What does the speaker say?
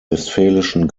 westfälischen